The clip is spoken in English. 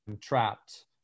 trapped